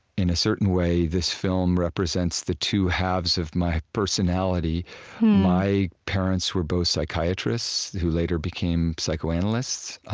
in a certain way, this film represents the two halves of my personality my parents were both psychiatrists who later became psychoanalysts.